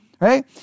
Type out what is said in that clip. Right